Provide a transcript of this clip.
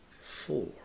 four